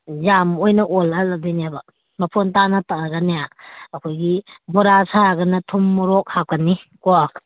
ꯌꯥꯝ ꯑꯣꯏꯅ ꯑꯣꯜꯍꯜꯂꯗꯣꯏꯅꯦꯕ ꯃꯐꯣꯟ ꯇꯥꯅ ꯇꯛꯑꯒꯅꯦ ꯑꯩꯈꯣꯏꯒꯤ ꯕꯣꯔꯥ ꯁꯥꯔꯒꯅ ꯊꯨꯝ ꯃꯣꯔꯣꯛ ꯍꯥꯞꯀꯅꯤ ꯀꯣ